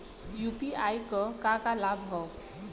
UPI क का का लाभ हव?